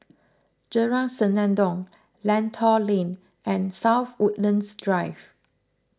Jalan Senandong Lentor Lane and South Woodlands Drive